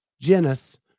genus